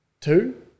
Two